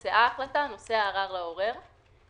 (4)מספר תיק ניכויים של המעסיק,